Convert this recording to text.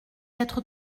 être